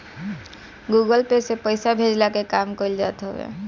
Google Pay से पईसा भेजला के काम कईल जात हवे